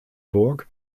burg